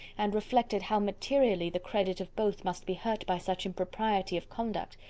and reflected how materially the credit of both must be hurt by such impropriety of conduct,